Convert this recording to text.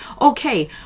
Okay